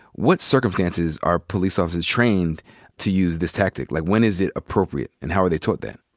what circumstances are police officers trained to use this tactic? like, when is it appropriate, and how are they taught that?